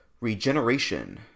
Regeneration